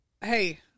Hey